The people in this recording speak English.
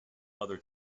other